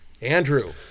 Andrew